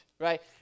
right